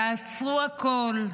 תעשו הכול,